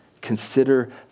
Consider